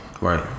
Right